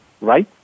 right